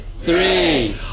Three